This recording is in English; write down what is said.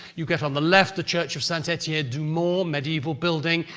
you get on the left, the church of saint-etienne-du-mont, a medieval building,